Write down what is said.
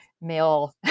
male